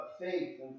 faith